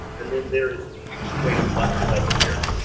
and then there is an actuator button right here,